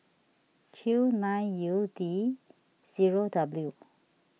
Q nine U D zero W